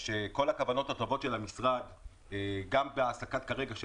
שכל הכוונות הטובות של המשרד גם בהעסקה של